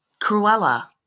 Cruella